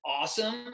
awesome